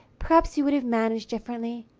perhaps he would have managed differently.